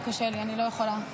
קשה לי, אני לא יכולה.